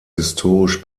historisch